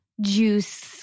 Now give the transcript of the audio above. juice